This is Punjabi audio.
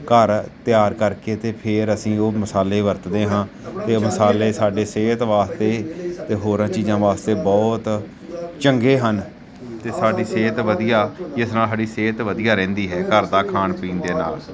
ਘਰ ਤਿਆਰ ਕਰਕੇ ਅਤੇ ਫਿਰ ਅਸੀਂ ਉਹ ਮਸਾਲੇ ਵਰਤਦੇ ਹਾਂ ਅਤੇ ਉਹ ਮਸਾਲੇ ਸਾਡੇ ਸਿਹਤ ਵਾਸਤੇ ਅਤੇ ਹੋਰਾਂ ਚੀਜ਼ਾਂ ਵਾਸਤੇ ਬਹੁਤ ਚੰਗੇ ਹਨ ਅਤੇ ਸਾਡੀ ਸਿਹਤ ਵਧੀਆ ਜਿਸ ਨਾਲ ਸਾਡੀ ਸਿਹਤ ਵਧੀਆ ਰਹਿੰਦੀ ਹੈ ਘਰ ਦਾ ਖਾਣ ਪੀਣ ਦੇ ਨਾਲ